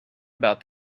about